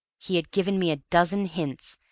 he had given me a dozen hints,